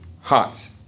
hearts